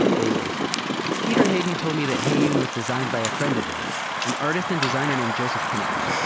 always peter hayden told me that heyoon was designed by a friend of his, an artist and designer named joseph kinnebrew.